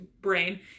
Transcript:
brain